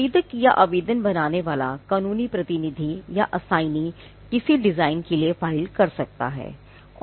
आवेदक या आवेदन बनाने वाला या कानूनी प्रतिनिधि या असाईनी के समक्ष दायर किया जाता है